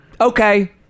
okay